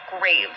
graves